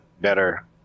better